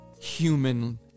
human